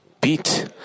beat